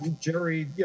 Jerry